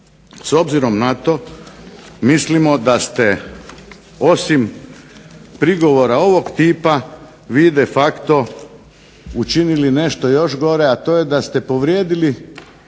S obzirom na to mislimo da ste osim prigovora ovog tipa vi de facto učinili nešto još gore da ste povrijedili